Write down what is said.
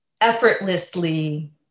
effortlessly